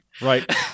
Right